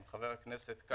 עם חבר הכנסת כץ.